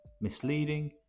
misleading